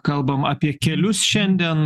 kalbame apie kelius šiandien